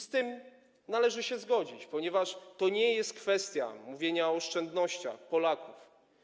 Z tym należy się zgodzić, ponieważ to nie jest kwestia mówienia o oszczędnościach Polaków.